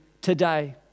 today